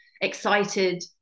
excited